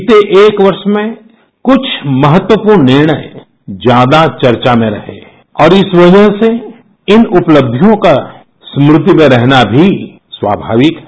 बीते एक वर्ष में कुछ महत्वपूर्ण निर्णय ज्यादा चर्चा में रहे और इस वजह से इन उपलब्धियों का स्मृति में रहना भी बहुत स्वामाविक है